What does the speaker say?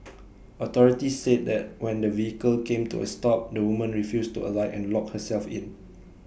authorities said that when the vehicle came to A stop the woman refused to alight and locked herself in